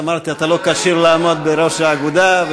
אז אמרתי: אתה לא כשיר לעמוד בראש האגודה,